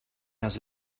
has